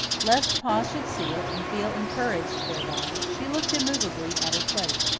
lest pa should see it, and feel encouraged thereby, she looked immovably at her plate.